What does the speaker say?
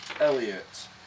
Elliot